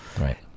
Right